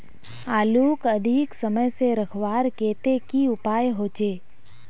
आलूक अधिक समय से रखवार केते की उपाय होचे?